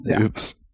Oops